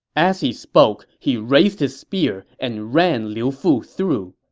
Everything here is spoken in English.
as he spoke, he raised his spear and ran liu fu through.